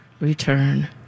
Return